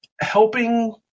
helping